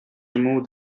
removed